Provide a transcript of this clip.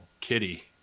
Kitty